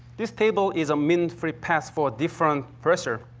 this table is a mean-free path for different pressure.